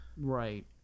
Right